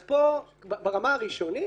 אז ברמה הראשונית